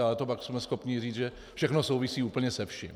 Ale to pak jsme schopni říct, že všechno souvisí úplně se vším.